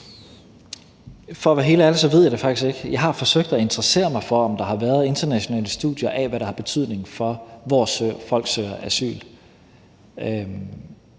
For at være helt ærlig ved jeg det faktisk ikke. Jeg har forsøgt at interessere mig for, om der har været internationale studier af, hvad der har betydning for, hvor folk søger asyl, og